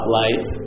life